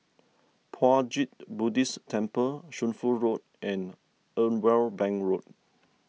Puat Jit Buddhist Temple Shunfu Road and Irwell Bank Road